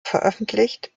veröffentlicht